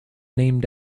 named